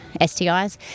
STIs